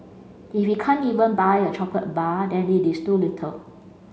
if he can't even buy a chocolate bar then it is too little